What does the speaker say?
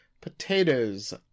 potatoes